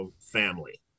family